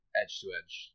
edge-to-edge